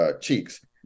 Cheeks